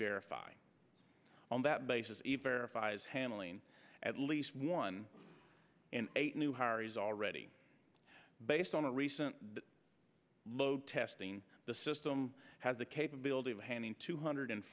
even on that basis handling at least one in eight new hari's already based on a recent low testing the system has the capability of handing two hundred